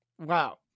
Wow